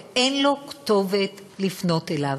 ואין לו כתובת לפנות אליה.